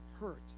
hurt